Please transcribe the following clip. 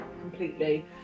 completely